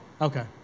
Okay